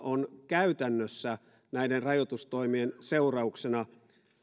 on käytännössä näiden rajoitustoimien seurauksena